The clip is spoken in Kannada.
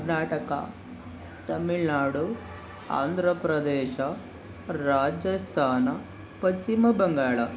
ಕರ್ನಾಟಕ ತಮಿಳುನಾಡು ಆಂಧ್ರ ಪ್ರದೇಶ ರಾಜಸ್ಥಾನ ಪಶ್ಚಿಮ ಬಂಗಾಳ